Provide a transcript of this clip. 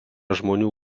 žmonių